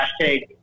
hashtag